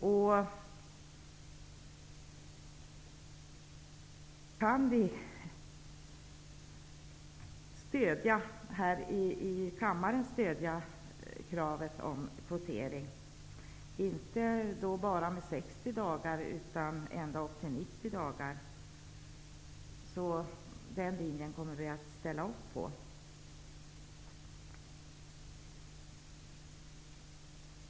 Vi kan ställa upp på att här i kammaren stödja kravet på kvotering, men inte bara med 60 dagar utan ända upp till 90 dagar.